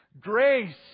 Grace